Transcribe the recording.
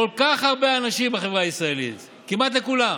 לכל כך הרבה אנשים בחברה הישראלית, כמעט לכולם,